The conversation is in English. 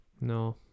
No